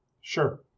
Sure